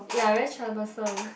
ya very troublesome